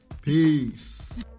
Peace